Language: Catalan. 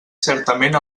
certament